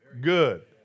good